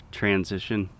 transition